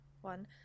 one